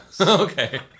Okay